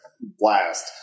Blast